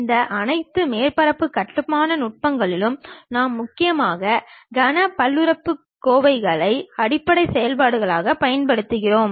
இந்த அனைத்து மேற்பரப்பு கட்டுமான நுட்பங்களிலும் நாம் முக்கியமாக கன பல்லுறுப்புக்கோவைகளை அடிப்படை செயல்பாடுகளாகப் பயன்படுத்துகிறோம்